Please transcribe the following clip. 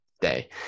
day